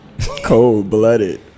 cold-blooded